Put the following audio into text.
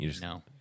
No